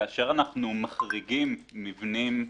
כאשר אנחנו מחריגים מבנים,